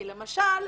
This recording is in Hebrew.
כי למשל,